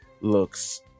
looks